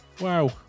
Wow